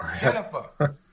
Jennifer